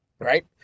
right